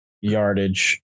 yardage